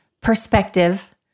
perspective